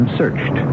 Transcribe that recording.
searched